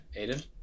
Aiden